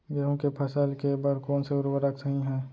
गेहूँ के फसल के बर कोन से उर्वरक सही है?